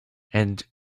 and